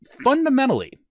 fundamentally